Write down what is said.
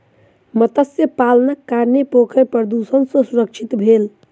मत्स्य पालनक कारणेँ पोखैर प्रदुषण सॅ सुरक्षित भेल